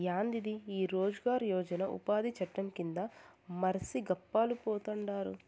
యాందిది ఈ రోజ్ గార్ యోజన ఉపాది చట్టం కింద మర్సి గప్పాలు పోతండారు